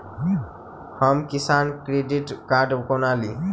हम किसान credit card कोना ली?